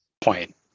point